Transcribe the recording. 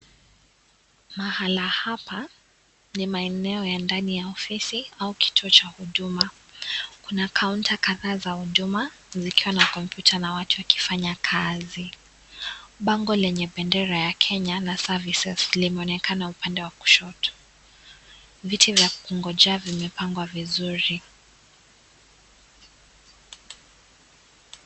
Mahala hapa ni maeneo ya ndani ya ofisi au kituo cha Huduma, kuna kaunta kadhaa za huduma zikiwa na kompyuta na wafanya kazi. Bango lenye benda ya Kenya na (CS)services(CS)linaonekana upande wa kushoto. Viti vya kungojea vimepangwa vizuri.